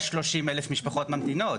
יש 30,000 משפחות ממתינות,